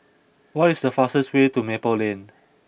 what is the fastest way to Maple Lane